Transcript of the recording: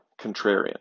contrarian